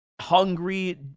hungry